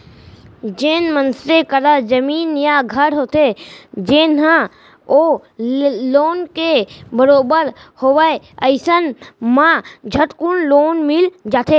जेन मनसे करा जमीन या घर होथे जेन ह ओ लोन के बरोबर होवय अइसन म झटकुन लोन मिल जाथे